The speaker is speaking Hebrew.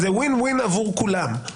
זה ווין-ויון עבור כולם.